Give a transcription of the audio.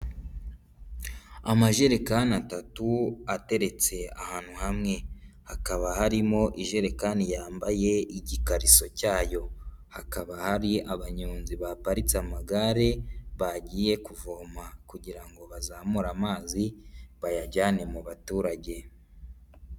Amajerekani atatu ateretse ahantu hamwe, hakaba harimo ijerekani yambaye igikariso cyayo, hakaba hari abanyonzi baparitse amagare, bagiye kuvoma kugira ngo bazamure amazi, bayajyane mu baturage.